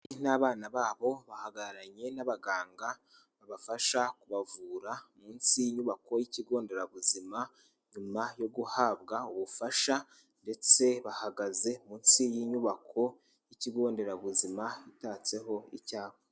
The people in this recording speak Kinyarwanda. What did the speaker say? Ni abana babo bahagararanye n'abaganga babafasha kubavura, munsi y'inyubako y'ikigo nderabuzima, nyuma yo guhabwa ubufasha ndetse bahagaze munsi y'inyubako y'ikigo nderabuzima gitatseho icyaha.